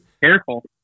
Careful